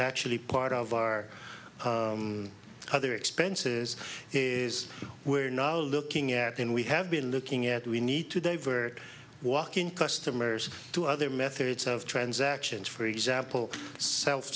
actually part of our other expenses is we're now looking at and we have been looking at we need to divert walk in customers to other methods of transactions for example s